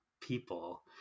people